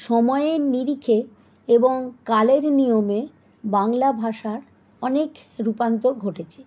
সময়ের নিরিখে এবং কালের নিয়মে বাংলা ভাষার অনেক রূপান্তর ঘটেছে